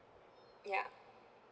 ya